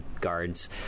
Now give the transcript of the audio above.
guards